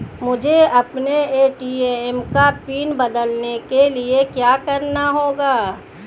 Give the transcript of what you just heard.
मुझे अपने ए.टी.एम का पिन बदलने के लिए क्या करना होगा?